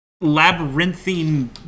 labyrinthine